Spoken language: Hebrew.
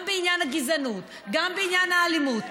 גם בעניין הגזענות, גם בעניין האלימות.